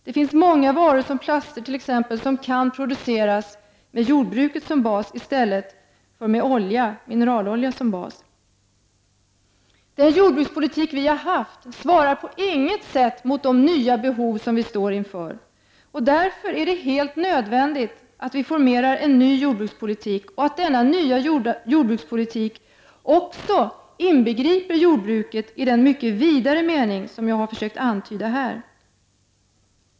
Det finns många varor, bl.a. plaster, som kan produceras med jordbruket som bas i stället för med mineraloljor som bas. Den jordbrukspolitik som vi har haft svarar på inget sätt mot de nya behov som vi står inför. Därför är det helt nödvändigt att vi utformar en ny jordbrukspolitik som inbegriper jordbruket i den mycket vidare mening som jag har försökt antyda här.